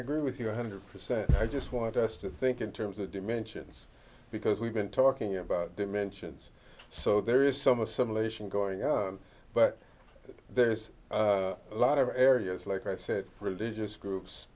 agree with you one hundred percent i just want us to think in terms of dimensions because we've been talking about dimensions so there is some assimilation going on but there's a lot of areas like i said religious groups